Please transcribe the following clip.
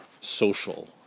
social